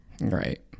right